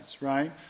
right